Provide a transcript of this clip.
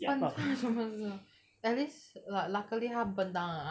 but 你看 at least like luckily 他 burn down 了